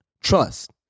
Trust